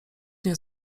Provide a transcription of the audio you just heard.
nie